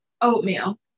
oatmeal